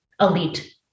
elite